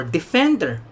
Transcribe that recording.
Defender